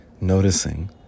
noticing